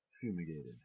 fumigated